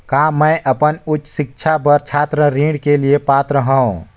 का मैं अपन उच्च शिक्षा बर छात्र ऋण के लिए पात्र हंव?